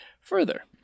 further